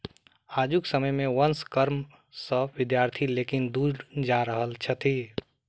आजुक समय मे वंश कर्म सॅ विद्यार्थी लोकनि दूर जा रहल छथि